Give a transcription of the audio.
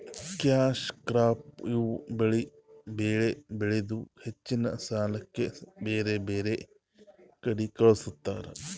cash crop ಇವ್ ಬೆಳಿ ಬೆಳದು ಹೆಚ್ಚಿನ್ ಸಾಲ್ಯಾಕ್ ಬ್ಯಾರ್ ಬ್ಯಾರೆ ಕಡಿ ಕಳಸ್ತಾರ್